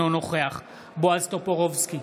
אינו נוכח בועז טופורובסקי,